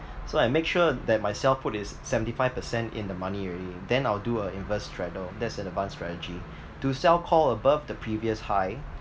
so I make sure that my sell put is seventy five percent in the money already then I'll do a inverse straddle that's an advanced strategy to sell call above the previous high